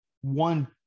one